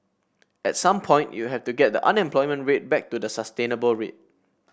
at some point you have to get the unemployment rate back to the sustainable rate